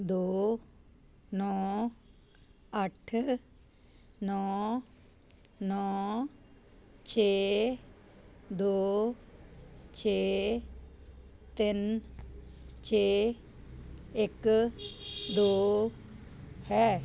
ਦੋ ਨੌ ਅੱਠ ਨੌ ਨੌ ਛੇ ਦੋ ਛੇ ਤਿੰਨ ਛੇ ਇੱਕ ਦੋ ਹੈ